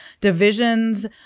divisions